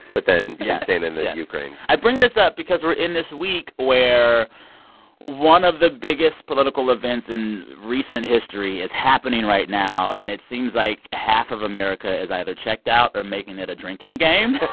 but then yeah insane in the ukraine i bring this up because we're in this week where one of the biggest political events in recent history is happening right now, and it seems like half of america is either checked out or making it a drinking game